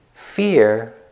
Fear